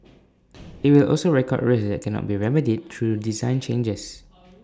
IT will also record risks cannot be remedied through design changes